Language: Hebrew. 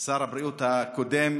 שר הבריאות הקודם,